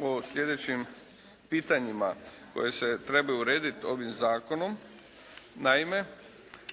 o sljedećim pitanjima koji se trebaju urediti ovim zakonom. Naime,